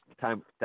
time